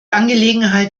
angelegenheit